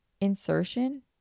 insertion